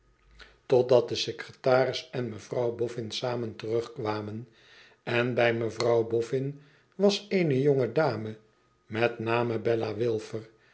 de secretaris en mevrouw bofïin samen terugkwamen en bij mevrouw boffin was eene jonge dame met name bella